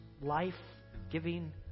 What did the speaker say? life-giving